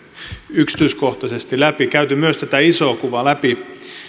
yksityiskohtaisesti läpi käyty myös tätä isoa kuvaa läpi